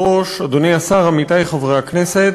הכנסת,